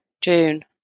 June